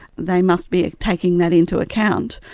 they must be taking that into account.